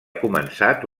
començat